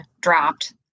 dropped